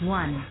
one